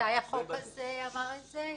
מתי החוק הזה אמר את זה?